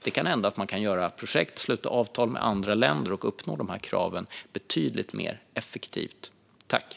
Det kan hända att man kan driva projekt och sluta avtal med andra länder och uppnå de här kraven på ett betydligt mer effektivt sätt.